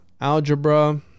Algebra